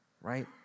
right